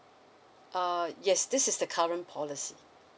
uh yes this is the current policy